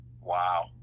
Wow